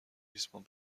ریسمان